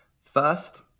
first